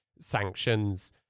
sanctions